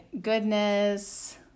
goodness